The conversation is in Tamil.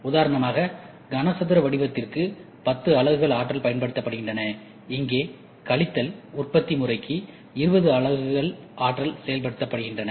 உதாரணமாக கனசதுரம் வடிவத்திற்கு 10 அலகுகள் ஆற்றல் பயன்படுத்தப்படுகின்றன இங்கே கழித்தல் உற்பத்தி முறைக்கு 20 அலகுகள் ஆற்றல் பயன்படுத்தப்படுகிறது